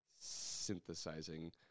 synthesizing